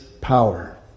power